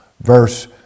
verse